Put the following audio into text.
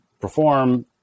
perform